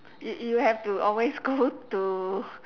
you you have to always go to